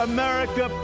America